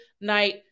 night